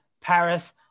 Paris